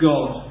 God